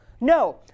no